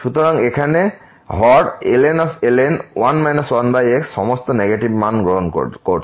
সুতরাং এখানে হর ln 1 1X সমস্ত নেগেটিভ মান গ্রহণ করছে